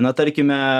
na tarkime